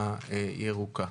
ממגמה ירוקה.